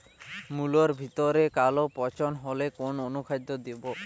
মুলোর ভেতরে কালো পচন হলে কোন অনুখাদ্য দেবো?